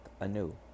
anew